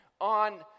on